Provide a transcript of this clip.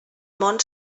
món